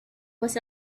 was